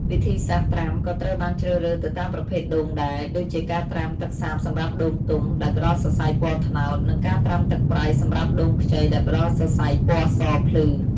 វិធីសាស្រ្តត្រាំក៏ត្រូវបានជ្រើសរើសទៅតាមប្រភេទដូងដែរ ដូចជាការត្រាំទឹកសាបសម្រាប់ដូងទុំ ដែលផ្តល់សរសៃពណ៌ត្នោត និងការត្រាំទឹកប្រៃសម្រាប់ដូងខ្ចី ដែលផ្តល់សរសៃពណ៌សភ្លឺ។